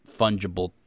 fungible